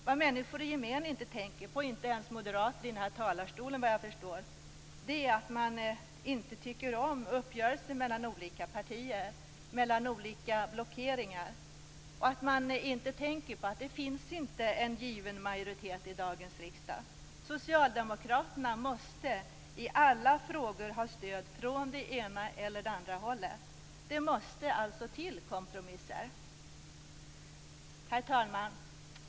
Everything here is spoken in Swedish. Vad människor i gemen inte tänker på - inte ens moderater i den här talarstolen, vad jag förstår - när man säger sig inte tycka om uppgörelser mellan olika partier och mellan olika blockeringar är att det inte finns en given majoritet i dagens riksdag. Socialdemokraterna måste i alla frågor ha stöd från det ena eller det andra hållet. Det måste alltså till kompromisser. Herr talman!